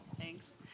Thanks